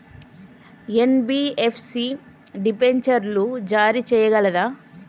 NBFC డిబెంచర్లు జారీ చేయగలదా?